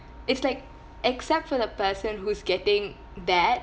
it's like except for the person who's getting that